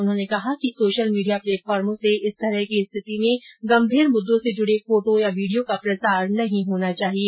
उन्होंने कहा कि सोशल मीडिया प्लेटफार्मो से इस तरह की स्थिति में गंभीर मुद्दो से जुड़े फोटो या वीडियो का प्रसार नहीं होनी चाहिए